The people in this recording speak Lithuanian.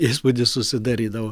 įspūdis susidarydavo